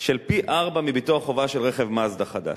של פי-ארבעה מביטוח חובה של רכב "מזדה" חדש.